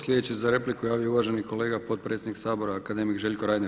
Sljedeći se za repliku javio uvaženi kolega, potpredsjednik Sabora akademik Željko Reiner.